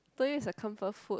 don't use a comfort food